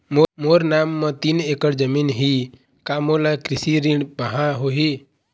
मोर नाम म तीन एकड़ जमीन ही का मोला कृषि ऋण पाहां होही?